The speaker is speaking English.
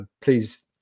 please